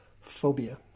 Phobia